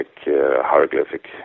hieroglyphic